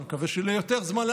אני מקווה לעצור ליותר זמן.